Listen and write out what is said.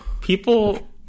People